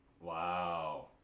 Wow